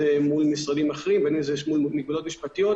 גם מגבלות משפטיות.